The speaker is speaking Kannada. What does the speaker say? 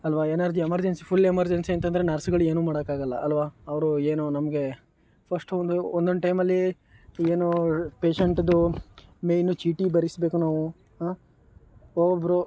ಅಲ್ವ ಏನಾದ್ರೂ ಎಮರ್ಜೆನ್ಸಿ ಫುಲ್ಲು ಎಮರ್ಜೆನ್ಸಿ ಅಂತ ಅಂದ್ರೆ ನರ್ಸ್ಗಳೇನು ಮಾಡೋಕ್ಕಾಗೋಲ್ಲ ಅಲ್ವ ಅವರು ಏನೂ ನಮಗೆ ಫಸ್ಟು ಒಂದು ಒಂದೊಂದು ಟೈಮಲ್ಲಿ ನಮಗೇನು ಪೇಶೆಂಟ್ದು ಮೇಯ್ನು ಚೀಟಿ ಬರೆಸ್ಬೇಕು ನಾವು ಒಬ್ಬೊಬ್ಬರು